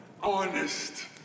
honest